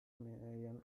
million